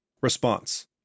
Response